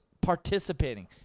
participating